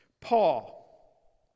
Paul